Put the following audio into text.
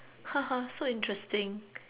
haha so interesting